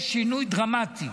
יש שינוי דרמטי